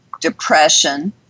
depression